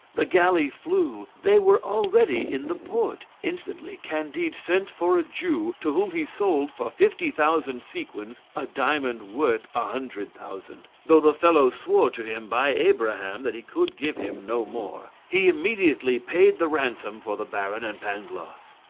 the galley flew they were already in the port. instantly candide sent for a jew, to whom he sold for fifty thousand sequins a diamond worth a hundred thousand, though the fellow swore to him by abraham that he could give him no more. he immediately paid the ransom for the baron and pangloss.